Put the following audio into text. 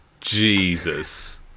Jesus